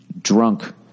drunk